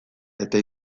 eta